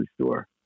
store